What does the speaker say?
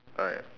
alright